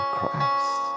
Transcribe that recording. Christ